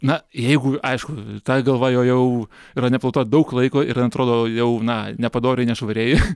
na jeigu aišku ta galva jo jau yra neplauta daug laiko ir jin atrodo jau na nepadoriai nešvariai